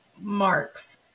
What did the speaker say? marks